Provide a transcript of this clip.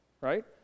right